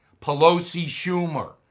Pelosi-Schumer